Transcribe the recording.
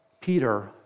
Peter